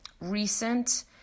recent